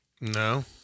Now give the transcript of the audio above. No